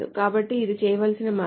కాబట్టి ఇది చేయవలసిన మార్గం